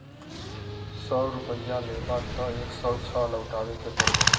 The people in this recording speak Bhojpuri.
सौ रुपइया लेबा त एक सौ छह लउटाए के पड़ी